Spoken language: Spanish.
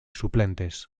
suplentes